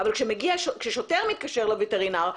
כששוטר מתקשר לווטרינר,